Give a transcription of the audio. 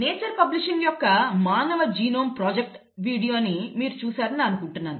nature Publishing యొక్క మానవ genome project వీడియోను మీరు చూశారని నేను అనుకుంటున్నాను